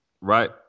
Right